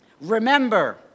Remember